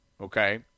okay